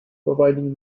providing